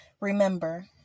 Remember